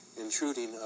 intruding